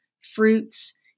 fruits